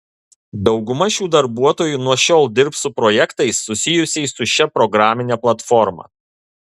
dauguma šių darbuotojų nuo šiol dirbs su projektais susijusiais su šia programine platforma